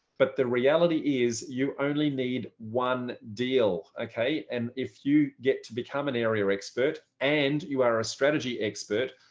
but the reality is, you only need one deal, okay? and if you get to become an area expert, and you are a strategy expert,